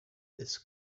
this